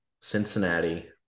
Cincinnati